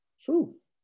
truth